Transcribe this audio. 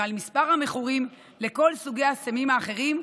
ועל מספר המכורים לכל סוגי הסמים האחרים,